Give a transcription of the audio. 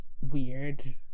weird